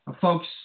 Folks